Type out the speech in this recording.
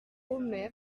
omer